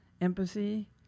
empathy